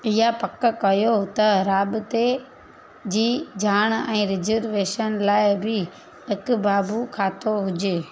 इहा पक कयो त राब्ते जी ॼाण ऐं रिजर्वेशन लाइ बि हिकु बाबु खातो हुजे